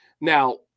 Now